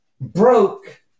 broke